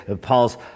Paul's